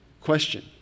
Question